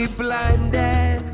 blinded